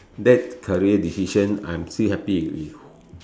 that career decision I'm still happy with it